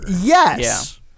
Yes